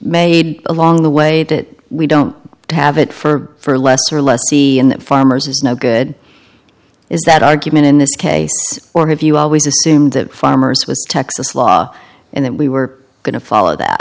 made along the way that we don't have it for less or less in the farmers is no good is that argument in this case or have you always assumed farmers with texas law and then we were going to follow that